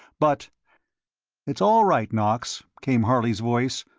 but it's all right, knox, came harley's voice.